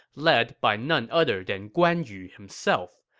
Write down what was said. led by none other than guan yu himself.